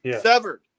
Severed